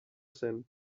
cent